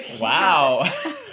Wow